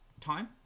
time